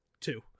two